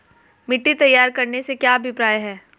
मिट्टी तैयार करने से क्या अभिप्राय है?